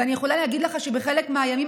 ואני יכולה להגיד לך שבחלק מהימים,